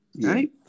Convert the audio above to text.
right